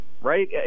right